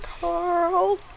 Carl